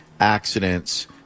accidents